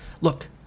Look